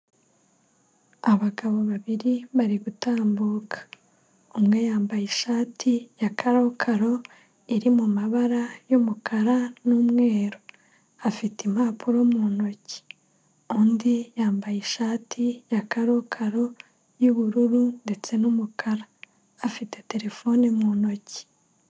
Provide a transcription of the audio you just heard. Abagabo babiri bari gutambuka, umwe yambaye ishati ya karokaro iri mu mabara y'umukara n'mweru afite impapuro mu ntoki. Undi yambaye ishati ya kakokaro y'ubururu ndetse n'umukara afite terefone mu ntoki.